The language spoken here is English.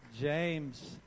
James